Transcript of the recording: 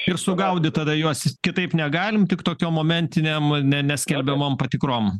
ir sugaudyt tada juos kitaip negalim tik tokiu momentinėm neskelbiamom patikrom